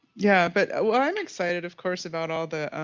yeah, but i'm excited, of course, about all the,